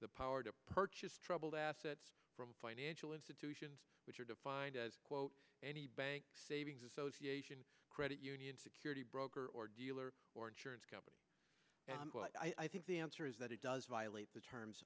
the power to purchase troubled assets from financial institutions which are defined as quote any bank savings association credit union security broker or dealer or insurance company i think the answer is that it does violate the terms